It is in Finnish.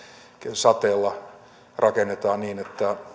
sateella rakennetaan niin